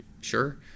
sure